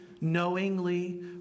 knowingly